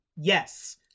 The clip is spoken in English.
Yes